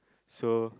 so